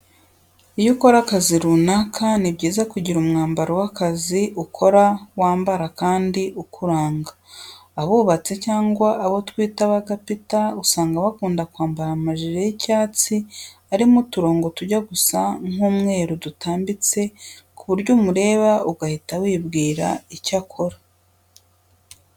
Iyo ukora akazi runaka ni byiza kugira umwambaro w'akazi ukora wambara kandi ukuranga. Abubatsi cyangwa abo twita ba gapita usanga bakunda kwambara amajire y'icyatsi arimo uturongo tujya gusa nk'umweru dutambitse ku buryo umureba ugahita wibwira icyo akora.